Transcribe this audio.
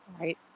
Right